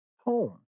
home